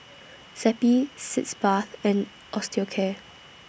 Zappy Sitz Bath and Osteocare